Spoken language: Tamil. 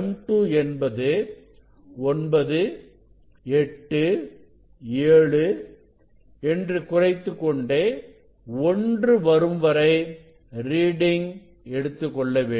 m2 என்பது 98 7குறைத்துக்கொண்டே 1 வரும்வரை ரீடிங் எடுத்துக்கொள்ளவேண்டும்